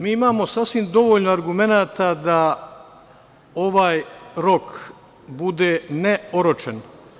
Mi imamo sasvim dovoljan argumenata da ovaj rok bude ne oročen.